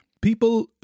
People